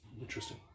Interesting